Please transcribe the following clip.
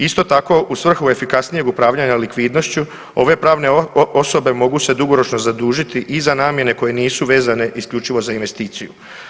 Isto tako, u svrhu efikasnijeg upravljanja likvidnošću, ove pravne osobe mogu se dugoročno zadužiti izvan namjene koje nisu vezane isključivo za investiciju.